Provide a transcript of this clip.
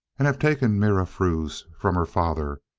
and have taken mihrafruz from her father,